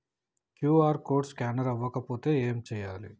QR code scanner అవ్వకపోతే ఏం చేయాలి?